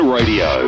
Radio